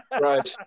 Right